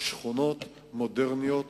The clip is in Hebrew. שכונות מודרניות,